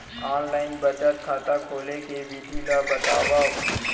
Online बचत खाता खोले के विधि ला बतावव?